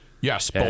Yes